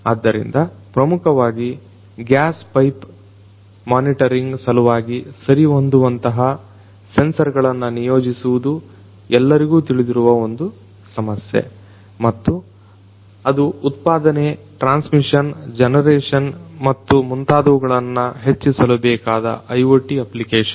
ಆದ್ದರಿಂದ ಪ್ರಮುಖವಾಗಿ gas pipe monitoring ಸಲುವಾಗಿ ಸರಿಹೊಂದುವಂತಹ ಸೆನ್ಸರ್ಗಳನ್ನ ನಿಯೋಜಿಸುವುದು ಎಲ್ಲರಿಗೂ ತಿಳಿದಿರುವ ಒಂದು ಸಮಸ್ಯೆ ಮತ್ತು ಅದು ಉತ್ಪಾದನೆ ಟ್ರಾನ್ಸ್ ಮಿಷನ್ ಜೆನರೆಷನ್ ಮತ್ತು ಮುಂತಾದವುಗಳನ್ನ ಹೆಚ್ಚಿಸಲು ಬೇಕಾದ IoT ಅಪ್ಲಿಕೇಷನ್